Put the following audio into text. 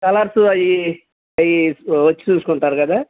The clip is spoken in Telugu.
కలర్స్ అవి అవి వచ్చి చూసుకుంటారు కదా